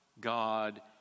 God